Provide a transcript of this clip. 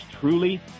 truly